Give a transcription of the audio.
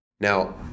Now